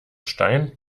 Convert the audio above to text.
stein